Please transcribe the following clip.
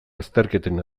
azterketen